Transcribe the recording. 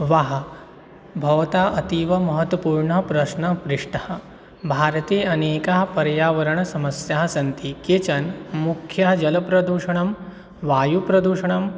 वाः भवता अतीव महत्पूर्णः प्रश्नः पृष्टः भारते अनेकाः पर्यावरणसमस्याः सन्ति केचन् मुख्यः जलप्रदूषणं वायुप्रदूषणम्